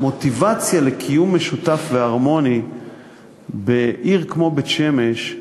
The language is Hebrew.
המוטיבציה לקיום משותף והרמוני בעיר כמו בית-שמש,